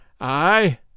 Aye